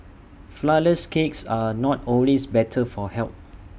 Flourless Cakes are not always better for health